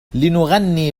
لنغني